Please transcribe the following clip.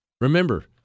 Remember